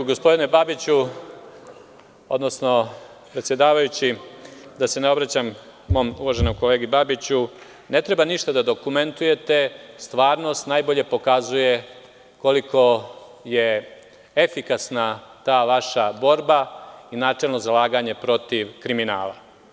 Gospodine Babiću, odnosno predsedavajući, da se ne obraćam mom uvaženom kolegi Babiću, ne treba ništa da dokumentujete, stvarnost najbolje pokazuje koliko je efikasna ta vaša borba i načelno zalaganje protiv kriminala.